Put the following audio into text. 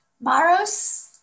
Maros